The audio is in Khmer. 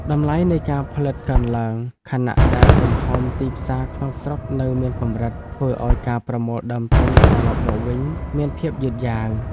តម្លៃនៃការផលិតកើនឡើង ខណៈដែលទំហំទីផ្សារក្នុងស្រុកនៅមានកម្រិត ធ្វើឱ្យការប្រមូលដើមទុនត្រឡប់មកវិញមានភាពយឺតយ៉ាវ។